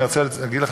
אני רוצה להגיד לך,